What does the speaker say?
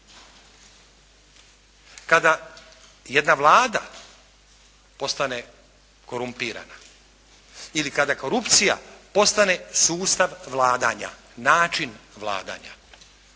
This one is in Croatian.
kada jedna Vlada postane korumpirana ili kada korupcija postane sustav vladanja, način vladanja.